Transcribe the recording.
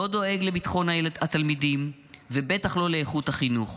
לא דואג לביטחון התלמידים ובטח לא לאיכות החינוך,